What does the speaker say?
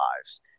lives